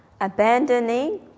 abandoning